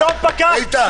איתן.